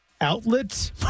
outlets